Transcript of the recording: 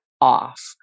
off